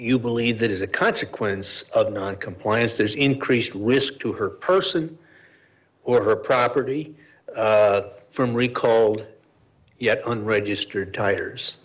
you believe that is a consequence of noncompliance there's increased risk to her person or her property from recall yet and registered tires